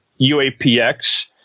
UAPX